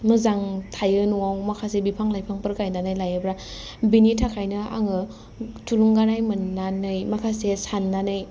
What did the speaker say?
मोजां थायो न'वाव माखासे बिफां लाइफांफोर गायनानै लायोब्ला बिनि थाखायनो आङो थुलुंगानाय मोननानै माखासे साननानै